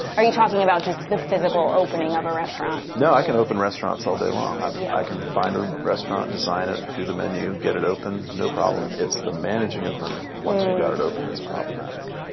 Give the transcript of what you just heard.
are you talking about just the physical opening of a restaurant? andy ricker no, i can open restaurants all day long. um yeah i can find a restaurant, design it, do the menu, get it open, no problem. it's the managing of them once you've got it open that's problematic.